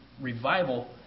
revival